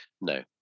No